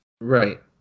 Right